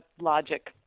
logic